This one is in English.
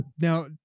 Now